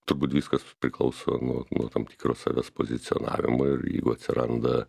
turbūt viskas priklauso nuo nuo tam tikro savęs pozicionavimo ir jeigu atsiranda